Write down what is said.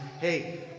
Hey